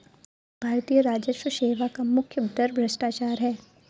भारतीय राजस्व सेवा का मुख्य डर भ्रष्टाचार है